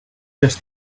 just